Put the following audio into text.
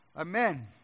Amen